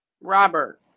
Robert